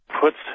puts